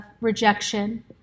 rejection